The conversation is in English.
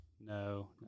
No